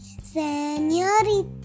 Senorita